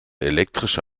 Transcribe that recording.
elektrische